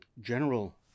general